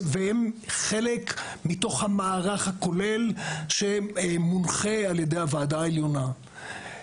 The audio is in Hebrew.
והם חלק מתוך המערך הכולל שמונחה על ידי הוועדה העליונה.